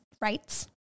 rights